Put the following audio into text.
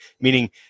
meaning